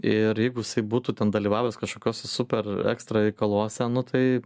ir jeigu jisai būtų ten dalyvavęs kažkokiuose super ekstra reikaluose nu tai